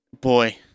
Boy